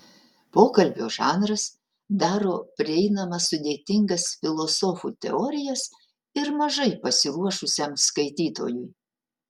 pokalbio žanras daro prieinamas sudėtingas filosofų teorijas ir mažai pasiruošusiam skaitytojui